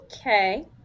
Okay